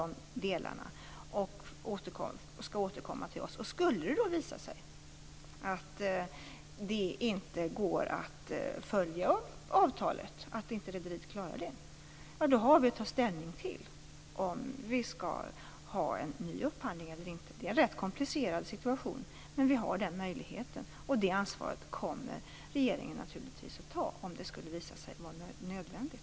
Sjöfartsverket skall återkomma till oss, och skulle det då visa sig att rederiet inte klarar att följa upp avtalet har vi att ta ställning till om vi skall göra en ny upphandling eller inte. Det är en rätt komplicerad situation, men vi har den möjligheten. Det ansvaret kommer regeringen naturligtvis att ta, om det skulle visa sig bli nödvändigt.